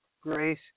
grace